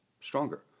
stronger